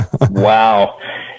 Wow